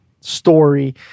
story